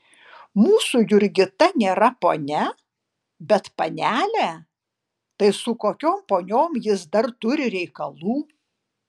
mūsų jurgita nėra ponia bet panelė tai su kokiom poniom jis dar turi reikalų